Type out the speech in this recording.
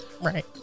Right